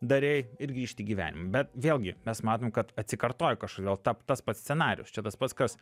darei ir grįžti į gyvenimą bet vėlgi mes matom kad atsikartoja kažkodėl tap tas pats scenarijus čia tas pats kas